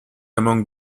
among